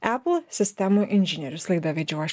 apple sistemų inžinierius laidą vedžiau aš